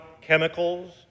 chemicals